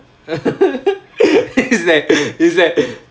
is like is like